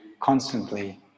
constantly